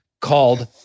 called